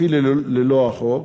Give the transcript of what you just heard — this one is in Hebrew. אפילו ללא החוק,